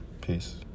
Peace